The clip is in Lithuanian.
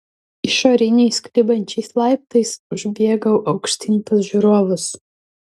išoriniais klibančiais laiptais užbėgau aukštyn pas žiūrovus